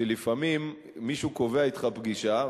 שלפעמים מישהו קובע אתך פגישה,